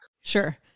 Sure